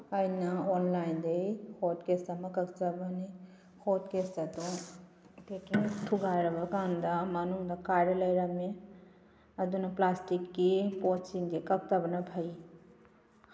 ꯑꯩꯅ ꯑꯣꯟꯂꯥꯏꯟꯗꯒꯤ hot case ꯑꯃ ꯀꯛꯆꯕꯅꯤ ꯍꯣꯠ ꯀꯦꯁ ꯑꯗꯨ ꯄꯦꯛꯀꯤꯡ ꯊꯨꯒꯥꯏꯔꯕ ꯀꯥꯟꯗ ꯃꯅꯨꯡꯗ ꯀꯥꯏꯔꯒ ꯂꯩꯔꯝꯃꯦ ꯑꯗꯨꯅ ꯄ꯭ꯂꯥꯁꯇꯤꯛꯀꯤ ꯄꯣꯠꯁꯤꯡꯁꯦ ꯀꯛꯇꯕꯅ ꯐꯩ